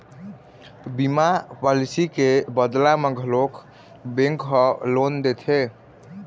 बीमा पॉलिसी के बदला म घलोक बेंक ह लोन देथे